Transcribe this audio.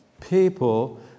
people